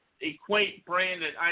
Equate-branded